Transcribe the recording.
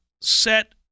set